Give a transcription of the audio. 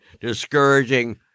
discouraging